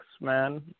man